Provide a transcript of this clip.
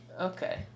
Okay